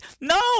no